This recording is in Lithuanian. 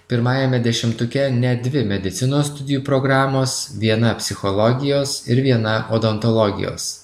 pirmajame dešimtuke net dvi medicinos studijų programos viena psichologijos ir viena odontologijos